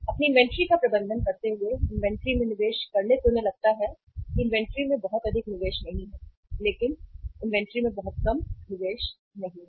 अपनी इन्वेंट्री का प्रबंधन करते हुए इन्वेंट्री में निवेश करने से उन्हें लगता है कि इन्वेंट्री में बहुत अधिक निवेश नहीं है लेकिन इन्वेंट्री में बहुत कम निवेश नहीं है